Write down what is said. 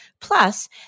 Plus